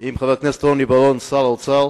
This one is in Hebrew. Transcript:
עם חבר הכנסת רוני בר-און בתפקיד שר האוצר,